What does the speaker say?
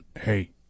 hey